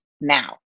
now